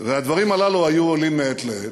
הדברים הללו היו עולים מעת לעת.